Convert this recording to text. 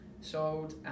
sold